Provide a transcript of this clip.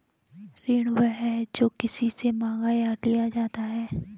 ऋण वह है, जो किसी से माँगा या लिया जाता है